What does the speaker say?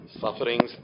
Sufferings